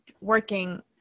working